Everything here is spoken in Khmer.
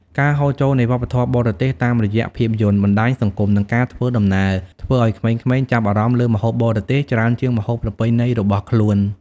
ការហូរចូលនៃវប្បធម៌បរទេស តាមរយៈភាពយន្ត បណ្ដាញសង្គម និងការធ្វើដំណើរ ធ្វើឱ្យក្មេងៗចាប់អារម្មណ៍លើម្ហូបបរទេសច្រើនជាងម្ហូបប្រពៃណីរបស់ខ្លួន។